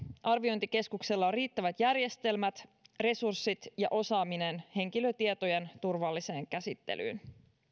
arviointikeskuksella on riittävät järjestelmät resurssit ja osaaminen henkilötietojen turvalliseen käsittelyyn